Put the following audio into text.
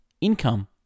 income